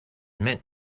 meant